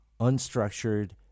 unstructured